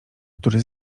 który